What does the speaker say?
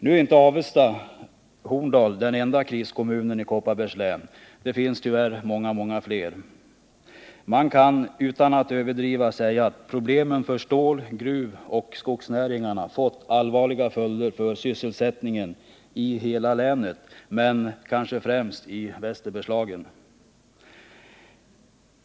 Nu är inte Avesta-Horndal den enda kriskommunen i Kopparbergs län — det finns tyvärr många fler. Man kan utan att överdriva säga att problemen för stål-, gruvoch skogsnäringarna fått allvarliga följder för sysselsättningen i hela länet men kanske främst i Västerbergslagen.